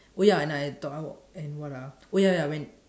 oh ya and I thought and what ah oh ya ya when